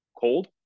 cold